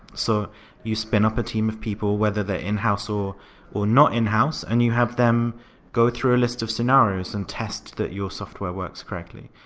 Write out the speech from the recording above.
so you spin up a team of people, whether they're in-house or or not in-house, and you have them go through a list of scenarios and tests that your software works greatly.